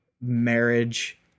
marriage